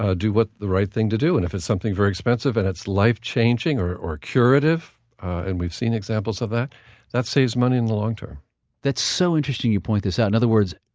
ah do what the right thing to do is, and if it's something very expensive and it's life changing or or curative and we've seen examples of that that saves money in the long term that's so interesting you point this out. in other words,